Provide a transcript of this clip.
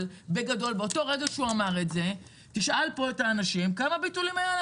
אבל בגדול ברגע שהוא אמר את זה תשאל כמה ביטולים היו.